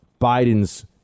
Biden's